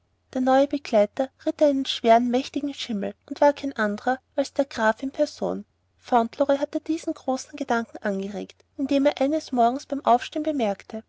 der neue begleiter ritt einen schweren mächtigen schimmel und war kein andrer als der graf in person fauntleroy hatte diesen großen gedanken angeregt indem er eines morgens beim aufsteigen bemerkte